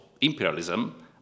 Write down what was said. imperialism